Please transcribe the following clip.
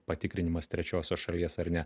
patikrinimas trečiosios šalies ar ne